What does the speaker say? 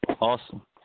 Awesome